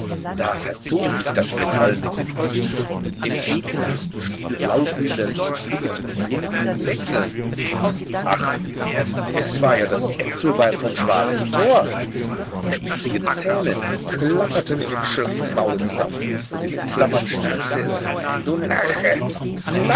da verzog sich das metallene gesicht im ekelhaften spiel blauglühender lichtblicke zum grinsenden lächeln ach es war ja das äpfelweib vom schwarzen tor die spitzigen zähne klapperten in dem schlaffen maule zusammen und in dem klappern schnarrte es du narre